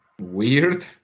weird